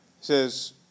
says